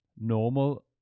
normal